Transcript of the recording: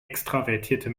extravertierte